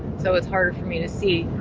so it's harder for me to see.